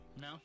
No